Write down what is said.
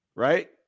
Right